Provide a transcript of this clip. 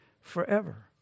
forever